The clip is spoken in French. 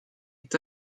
est